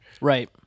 Right